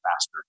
faster